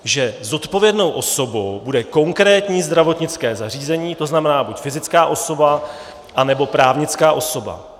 Že zodpovědnou osobou bude konkrétní zdravotnické zařízení, to znamená buď fyzická osoba, anebo právnická osoba.